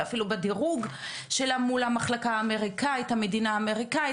בדירוג למדינה האמריקאית.